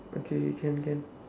okay can can